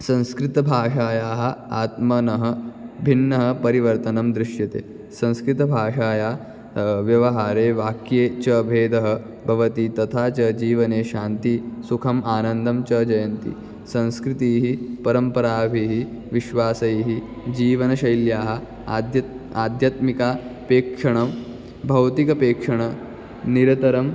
संस्कृतभाषायाः आत्मनः भिन्नः परिवर्तनं दृश्यते संस्कृतभाषायाः व्यवहारे वाक्ये च भेदः भवति तथा च जीवने शान्तिः सुखम् आनन्दं च न जनयन्ति संस्कृतिः परम्पराभिः विश्वासैः जीवनशैल्याः आद्यत् आध्यात्मिकपेक्षणं भौतिकपेक्षणं निरतरम्